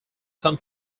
come